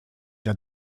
già